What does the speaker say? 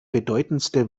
bedeutendste